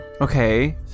Okay